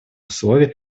условий